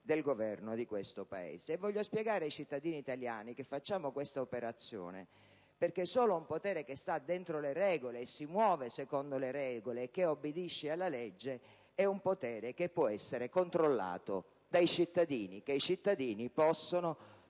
del Governo di questo Paese. Voglio spiegare ai cittadini italiani che facciamo questa operazione perché solo un potere che sta dentro le regole, che si muove secondo le regole e che obbedisce alla legge è un potere che può essere controllato dai cittadini e che i cittadini possono,